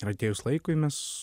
atėjus laikui mes